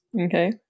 okay